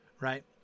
right